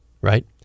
right